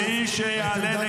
מי שיעלה לכאן,